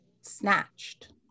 snatched